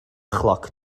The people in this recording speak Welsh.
chloc